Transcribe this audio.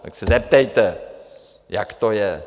Tak se zeptejte, jak to je!